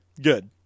Good